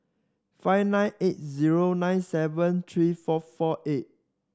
five nine eight zero nine seven three four four eight